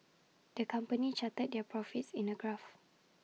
the company charted their profits in A graph